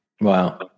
Wow